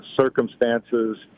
circumstances